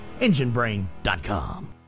enginebrain.com